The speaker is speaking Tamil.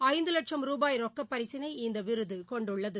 ஐந்துவட்சம் ரூபாய் ரொக்கப் பரிசினை இந்தவிருதகொண்டுள்ளது